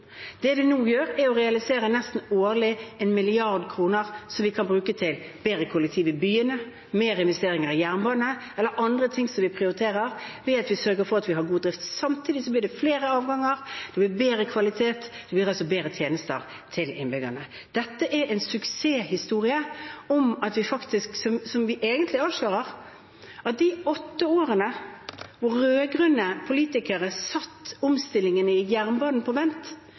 Det de nå gjør, er årlig å realisere nesten 1 mrd. kr, som vi kan bruke til bedre kollektivtilbud i byene, høyere investeringer i jernbane eller annet som vi prioriterer, ved at vi sørger for at de har en god drift. Samtidig blir det flere avganger og bedre kvalitet – det blir altså bedre tjenester til innbyggerne. Dette er en suksesshistorie, hvor vi egentlig avslører at de åtte årene da rød-grønne politikere satte omstillingen i jernbanen på vent,